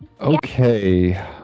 Okay